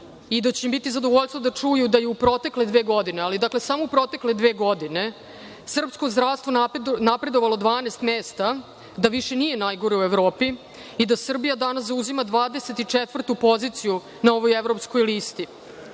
i da će im biti zadovoljstvo da čuju da je u protekle dve godine, dakle, samo u protekle dve godine srpsko zdravstvo napredovalo 12 mesta, da više nije najgore u Evropi i da Srbija danas zauzima 24. poziciju na ovoj evropskoj listi,